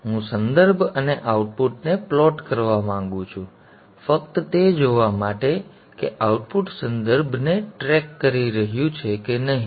હું સંદર્ભ અને આઉટપુટને પ્લોટ કરવા માંગુ છું ફક્ત તે જોવા માટે કે આઉટપુટ સંદર્ભને ટ્રેક કરી રહ્યું છે કે નહીં